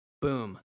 Boom